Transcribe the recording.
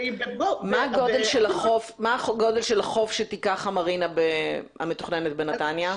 מה גודל החוף שתיקח המרינה המתוכננת בנתניה?